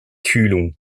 kühlung